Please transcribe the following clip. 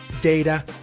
data